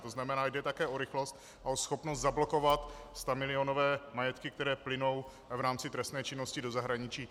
To znamená, jde také o rychlost a o schopnost zablokovat stamilionové majetky, které plynou v rámci trestné činnosti do zahraničí.